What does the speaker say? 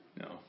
No